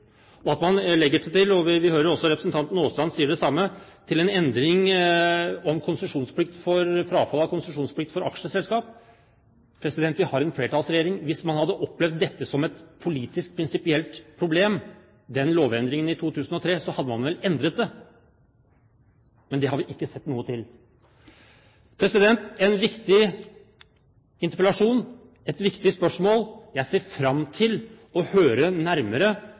og tillegger det – vi hører også representanten Aasland si det samme – en endring i konsesjonsplikten, frafall av konsesjonsplikt for aksjeselskap. Vi har en flertallsregjering. Hvis man hadde opplevd den lovendringen i 2003 som et politisk prinsipielt problem, hadde man vel endret det. Men det har vi ikke sett noe til. Det er en viktig interpellasjon, et viktig spørsmål. Jeg ser fram til å høre nærmere